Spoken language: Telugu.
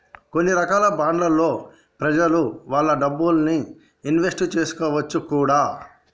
కొన్ని రకాల బాండ్లలో ప్రెజలు వాళ్ళ డబ్బుల్ని ఇన్వెస్ట్ చేసుకోవచ్చును కూడా